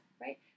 right